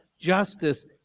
justice